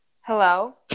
hello